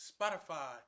Spotify